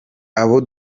abo